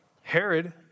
Herod